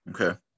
Okay